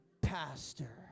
pastor